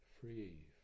free